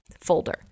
folder